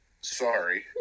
sorry